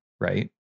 right